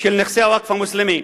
של נכסי הווקף המוסלמי,